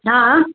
हा हा